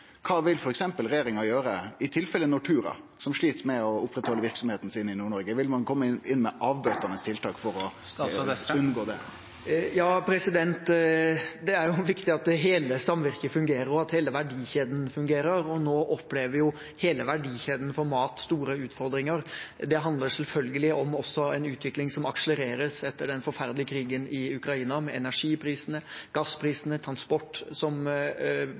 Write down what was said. vil regjeringa f.eks. gjere i tilfellet Nortura, som slit med å oppretthalde verksemda si i Nord-Noreg? Vil ein kome med avbøtande tiltak for å unngå det? Det er jo viktig at hele samvirket fungerer, og at hele verdikjeden fungerer. Nå opplever hele verdikjeden for mat store utfordringer. Det handler selvfølgelig også om en utvikling som akselereres etter den forferdelige krigen i Ukraina, med energiprisene, gassprisene, transport som